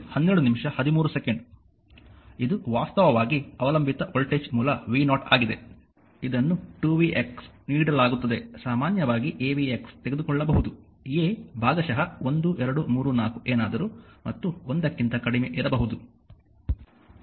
ಇದು ವಾಸ್ತವವಾಗಿ ಅವಲಂಬಿತ ವೋಲ್ಟೇಜ್ ಮೂಲ v 0 ಆಗಿದೆ ಇದನ್ನು 2vx ನೀಡಲಾಗುತ್ತದೆ ಸಾಮಾನ್ಯವಾಗಿ a vx ತೆಗೆದುಕೊಳ್ಳಬಹುದು a ಬಹುಶಃ 1 2 3 4 ಏನಾದರೂ ಮತ್ತು 1 ಕ್ಕಿಂತ ಕಡಿಮೆ ಇರಬಹುದು